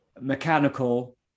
mechanical